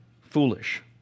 foolish